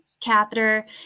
catheter